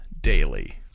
daily